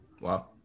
Wow